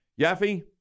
Yaffe